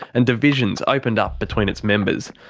and divisions opened up between its members.